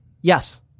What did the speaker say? Yes